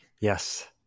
Yes